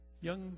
young